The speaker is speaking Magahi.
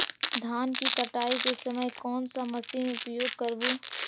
धान की कटाई के समय कोन सा मशीन उपयोग करबू?